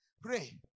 Pray